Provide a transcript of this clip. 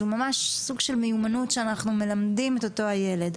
זו ממש סוג של מיומנות שאנחנו מלמדים את אותו הילד.